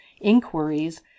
inquiries